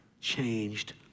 changed